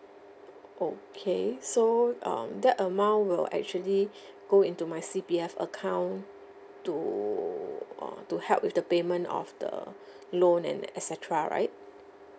okay so um that amount will actually go into my C_P_F account to uh to help with the payment of the loan and et cetera right